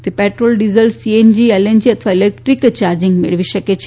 તે petrol diesel CNG LNG અથવા electric charging મેળવી શકે છે